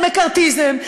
זה מקארתיזם,